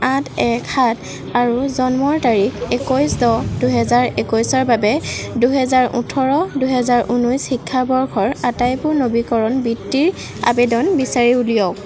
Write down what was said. আঠ এক সাত আৰু জন্মৰ তাৰিখ একৈছ দহ দুহেজাৰ একৈছৰ বাবে দুহেজাৰ ওঠৰ দুহেজাৰ উনৈশ শিক্ষা বৰ্ষৰ আটাইবোৰ নবীকৰণ বৃত্তিৰ আবেদন বিচাৰি উলিয়াওক